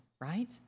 right